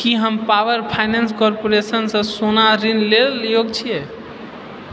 की हम power finance corporation सँ सोना ऋण लेल योग्य छियै